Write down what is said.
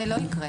זה לא יקרה.